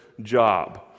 job